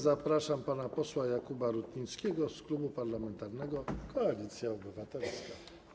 Zapraszam pan posła Jakuba Rutnickiego z Klubu Parlamentarnego Koalicja Obywatelska.